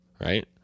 right